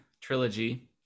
trilogy